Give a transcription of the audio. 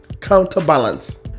Counterbalance